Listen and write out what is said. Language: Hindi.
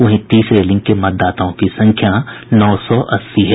वहीं तीसरे लिंग के मतदाताओं की संख्या नौ सौ अस्सी है